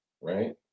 Right